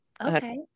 Okay